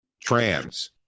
trans